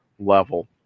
level